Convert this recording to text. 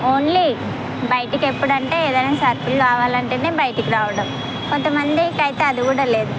only బయటికి ఎప్పుడంటే ఏదైనా సరుకులు కావాలంటేనే బయటికి రావడం కొంతమందికి అయితే అది కూడా లేదు